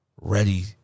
ready